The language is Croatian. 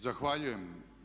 Zahvaljujem.